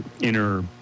inner